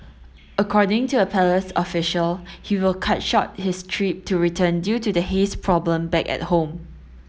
according to a palace official he will cut short his trip to return due to the haze problem back at home